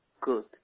good